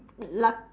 luck